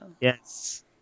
Yes